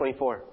24